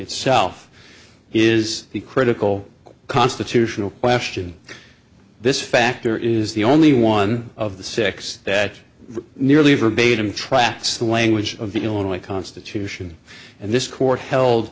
itself is the critical constitutional question this factor is the only one of the six that nearly verbatim tracks the language of the illinois constitution and this court held